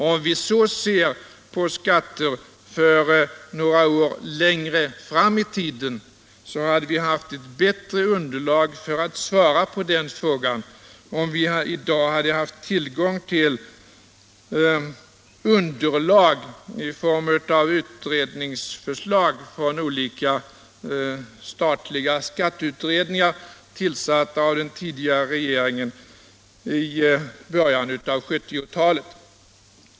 När det gäller skatterna för några år framåt i tiden så hade vi haft bättre möjligheter att svara på frågorna om vi i dag haft tillgång till underlag i form av utredningsförslag från olika statliga skatteutredningar, tillsatta av den tidigare regeringen i början av 1970-talet.